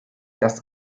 das